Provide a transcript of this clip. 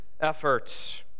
efforts